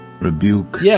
rebuke